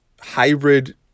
hybrid